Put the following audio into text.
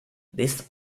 this